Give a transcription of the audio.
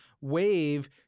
Wave